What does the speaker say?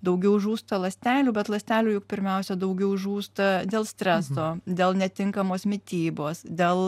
daugiau žūsta ląstelių bet ląstelių juk pirmiausia daugiau žūsta dėl streso dėl netinkamos mitybos dėl